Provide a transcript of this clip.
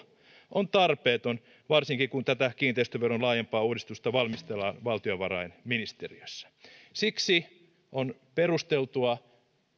on tarpeeton varsinkin kun tätä kiinteistöveron laajempaa uudistusta valmistellaan valtiovarainministeriössä siksi on perusteltua